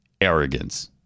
Arrogance